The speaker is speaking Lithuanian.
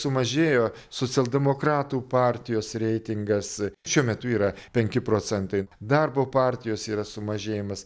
sumažėjo socialdemokratų partijos reitingas šiuo metu yra penki procentai darbo partijos yra sumažėjimas